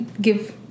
give